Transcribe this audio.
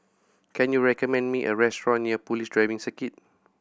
can you recommend me a restaurant near Police Driving Circuit